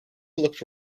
looked